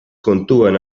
kontuan